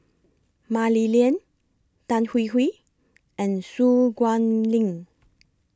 Mah Li Lian Tan Hwee Hwee and Su Guaning